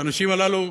כי האנשים הללו